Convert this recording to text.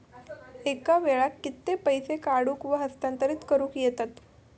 एका वेळाक कित्के पैसे काढूक व हस्तांतरित करूक येतत?